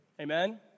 Amen